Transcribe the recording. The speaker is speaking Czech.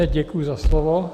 Děkuji za slovo.